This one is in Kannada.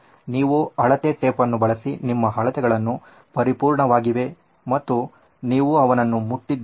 ನೀವು ಅಳತೆ ಟೇಪ್ ಅನ್ನು ಬಳಸಿ ನಿಮ್ಮ ಅಳತೆಗಳು ಪರಿಪೂರ್ಣವಾಗಿವೆ ಮತ್ತು ನೀವು ಅವನನ್ನು ಮುಟ್ಟಿದ್ದೀರಿ